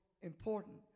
important